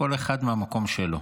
כל אחד מהמקום שלו.